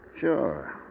Sure